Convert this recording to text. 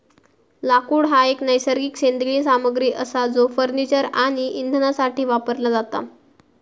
लाकूड हा एक नैसर्गिक सेंद्रिय सामग्री असा जो फर्निचर आणि इंधनासाठी वापरला जाता